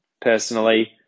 personally